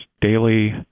daily